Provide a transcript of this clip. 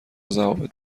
ضوابط